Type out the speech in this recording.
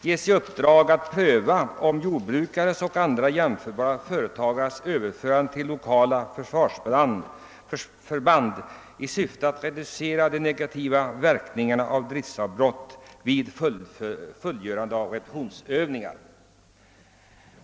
ges i uppdrag att pröva frågan om jordbrukares och andra jämförbara företagares överförande till lokala försvarsförband 1 syfte att reducera de negativa verkningarna av driftavbrott vid fullgörande av repetitionsövningar.